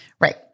right